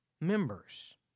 members